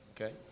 okay